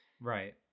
Right